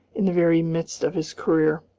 in the very midst of his career.